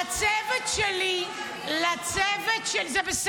לצוות שלי --- זה לא נעים, זה לשון הרע.